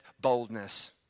boldness